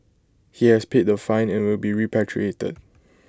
he has paid the fine and will be repatriated